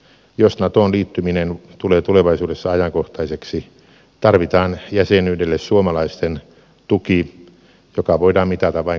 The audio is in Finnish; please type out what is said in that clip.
jos natoon liittyminen tulee tulevaisuudessa ajankohtaiseksi tarvitaan jäsenyydelle suomalaisten tuki joka voidaan mitata vain kansanäänestyksessä